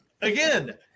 Again